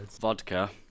Vodka